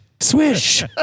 Swish